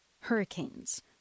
Hurricanes